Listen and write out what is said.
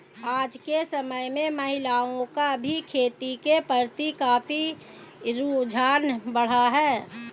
आज के समय में महिलाओं का भी खेती के प्रति काफी रुझान बढ़ा है